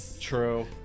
True